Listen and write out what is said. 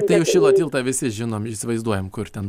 tai jau šilo tiltą visi žinom įsivaizduojam kur ten